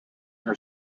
her